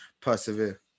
persevere